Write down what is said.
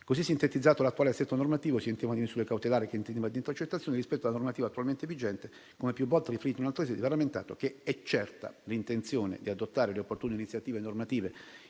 Così sintetizzato l'attuale assetto normativo, sia in tema di misure cautelari, sia in tema di intercettazioni, rispetto alla normativa attualmente vigente, come più volte riferito in altre sedi, va rammentato che è certa l'intenzione di adottare le opportune iniziative normative